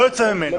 לא יוצא ממנו.